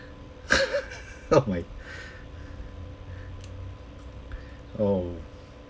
oh my oh